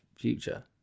future